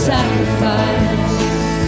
sacrifice